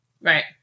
Right